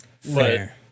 Fair